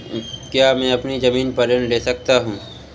क्या मैं अपनी ज़मीन पर ऋण ले सकता हूँ?